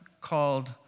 called